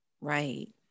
right